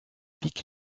pic